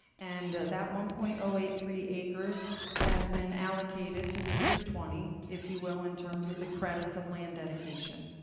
and that one point zero eight three acres has been allocated to district twenty, if you will, in terms of the credits of land dedication.